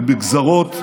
הוא בגזרות,